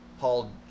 Paul